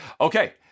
Okay